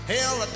Hell